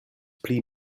pli